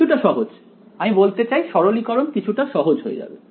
কিছুটা সহজ আমি বলতে চাই সরলীকরণ কিছুটা সহজ হয়ে যাবে